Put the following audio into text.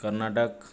Karnataka